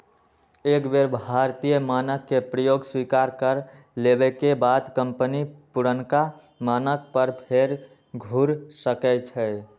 एक बेर भारतीय मानक के प्रयोग स्वीकार कर लेबेके बाद कंपनी पुरनका मानक पर फेर घुर सकै छै